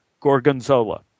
Gorgonzola